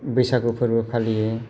बैसागु फोरबो फालियो